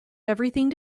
everything